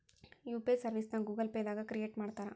UPI ಸರ್ವಿಸ್ನ Google Pay ದಾಗ create ಮಾಡ್ತಾರಾ